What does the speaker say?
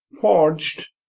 forged